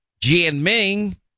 Jianming